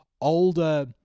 older